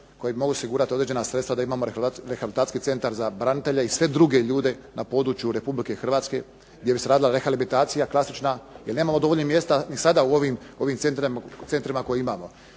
koji mogu osigurati određena sredstva da imamo rehabilitacijski centar za branitelje i sve druge ljude na području Republike Hrvatske gdje bi se radila rehabilitacija klasična. Jer nemamo dovoljno mjesta ni sada u ovim centrima koje imamo.